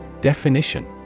Definition